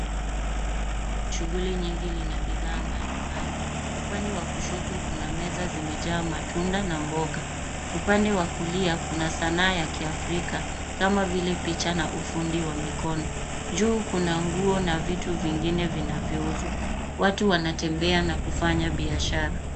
Shughuli nyingi lina bidhaa mbali mbali. Upande wa kushoto kuna meza zimejaa matunda na mboga. Upande wa kulia kuna sanaa ya Kiafrika, kama vile picha na ufundi wa mikono. Juu kuna nguo na vitu vingine vinauzwa. Watu wanatembea na kufanya biashara.